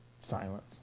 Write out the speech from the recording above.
Silence